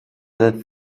that